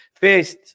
First